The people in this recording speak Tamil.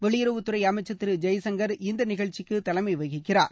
வெளியுறவுத்துறை அமைச்சர் திரு ஜெய்சங்கர் இந்த நிகழ்ச்சிக்கு தலைமை வகிக்கிறார்